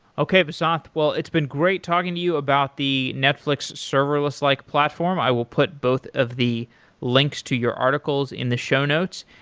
okay, vasanth. it's been great talking to you about the netflix serverless-like platform. i will put both of the links to your article sin the show notes,